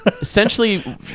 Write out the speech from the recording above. Essentially